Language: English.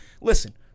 listen